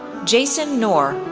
jason ngor,